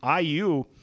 IU